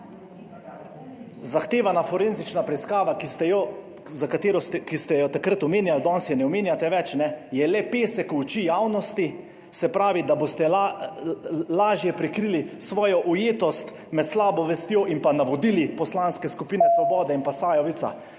Zahtevana forenzična preiskava, ki ste jo takrat omenjali, danes je ne omenjate več, je le pesek v oči javnosti, se pravi, da boste lažje prikrili svojo ujetost med slabo vestjo in navodili Poslanske skupine Svoboda in pa Sajovica.